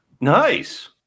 Nice